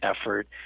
effort